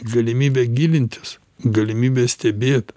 galimybę gilintis galimybę stebėt